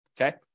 Okay